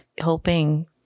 hoping